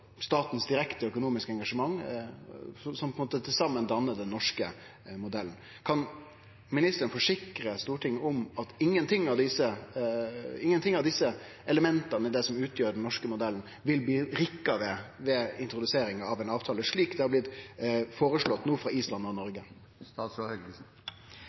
direkte økonomiske engasjement. Til saman dannar dette den norske modellen. Kan ministeren forsikre Stortinget om at ingenting av desse elementa i det som utgjer den norske modellen, vil bli rokka ved ved introduksjonen av ei avtale, slik det no har blitt føreslått frå Island og Noreg?